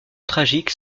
tragiques